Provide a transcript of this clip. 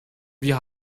wir